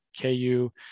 KU